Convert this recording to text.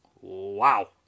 wow